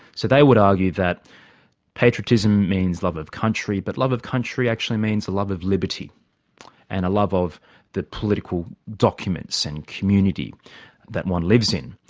so they would argue that patriotism means love of country, but love of country actually means a love of liberty and a love of the political documents and community that one lives in.